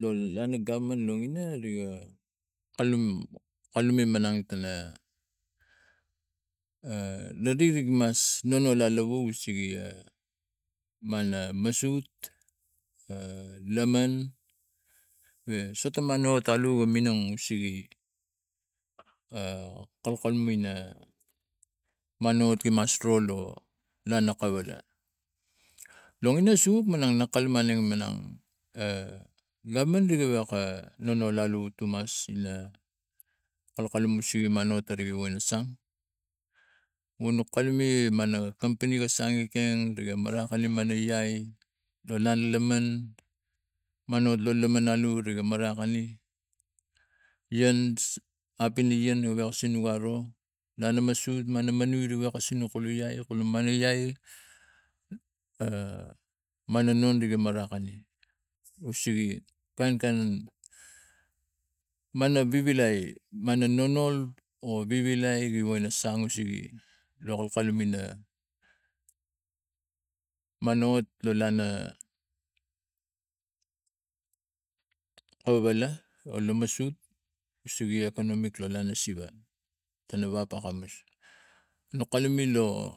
Lo lana gapman lon ina riga kalum kalume manang tana lo nir mas nono la lo sigi mana masut laman we soto manot talu we sege kalkal mina manot imas ro lo lana kawada lo ina suk manang a kulumane minang a gapman ri gewak a nono lagu tumas ina kalkalum isege manot tere ina sang wanok kalume mana kompani i sang ekeng riga marak ga iai lo ian laman manot lo laman aro riga marakani ian apini ian gewek ga sinuk aro lana masot mana manoi riva ga sinuk mano iai kolo mana iai mana non mina makarani no sege kain kain mano vivilai mano nono o vivilai ga sang sege ga kalkalum ina manot lo lana kowala o lamasuk no kalume lo